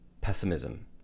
pessimism